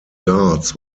guards